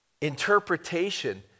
interpretation